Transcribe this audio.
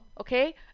okay